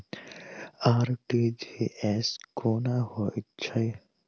RTGS कोना होइत छै?